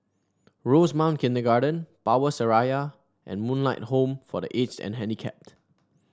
Rosemount Kindergarten Power Seraya and Moonlight Home for The Aged and Handicapped